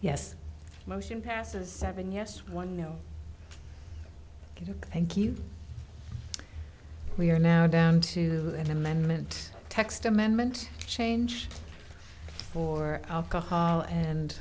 yes motion passes seven yes one no thank you we are now down to that amendment text amendment change for alcohol and